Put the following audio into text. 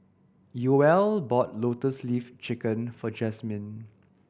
Yoel bought Lotus Leaf Chicken for Jasmyn